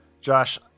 Josh